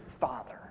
father